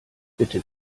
bitte